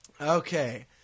Okay